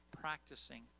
practicing